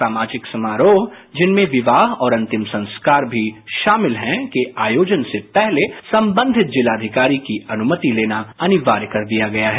सामाजिक समारोह जिनमें विवाह और अंतिम संस्कार भी शामिल हैं के आयोजन से पहले संबंधित जिला अधिकारी की अनुमति लेना अनिवार्य कर दिया गया है